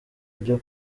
byo